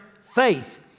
faith